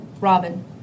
Robin